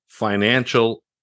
financial